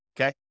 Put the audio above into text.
okay